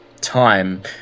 Time